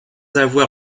avoir